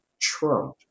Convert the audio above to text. Trump